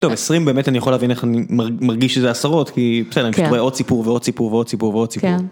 טוב עשרים באמת אני יכול להבין איך אני מרגיש שזה עשרות כי בסדר אני רואה עוד סיפור ועוד סיפור ועוד סיפור.